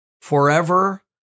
Forever